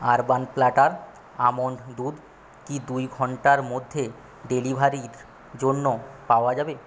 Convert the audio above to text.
urban Platter almond দুধ কি দুই ঘণ্টার মধ্যে ডেলিভারির জন্য পাওয়া যাবে